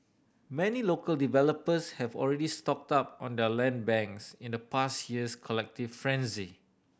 many local developers have already stocked up on their land banks in the past year's collective frenzy